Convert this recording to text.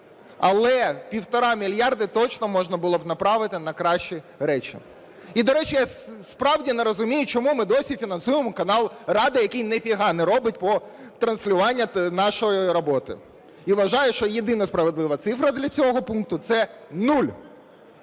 але 1,5 мільярда точно можна було б направити на кращі речі. І, до речі, я справді не розумію, чому ми досі фінансуємо канал "Рада", який ні фіга не робить по транслюванню нашої роботи. І вважаю, що єдина справедлива цифра для цього пункту, це нуль.